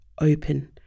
open